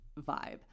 vibe